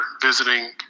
visiting